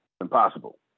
Impossible